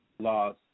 loss